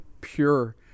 pure